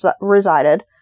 resided